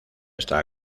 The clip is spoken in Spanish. está